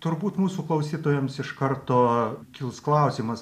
turbūt mūsų klausytojams iš karto kils klausimas